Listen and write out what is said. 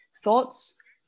Thoughts